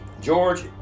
George